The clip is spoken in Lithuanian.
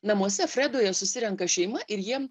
namuose fredoje susirenka šeima ir jiem